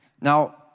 now